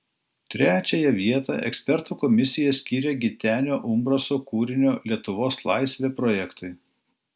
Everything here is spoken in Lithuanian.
trečiąją vietą ekspertų komisija skyrė gitenio umbraso kūrinio lietuvos laisvė projektui